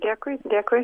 dėkui dėkui